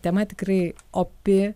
tema tikrai opi